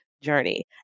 journey